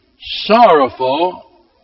sorrowful